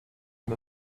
and